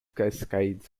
cascades